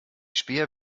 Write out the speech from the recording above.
späher